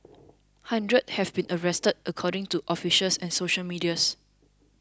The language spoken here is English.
hundreds have been arrested according to officials and social medias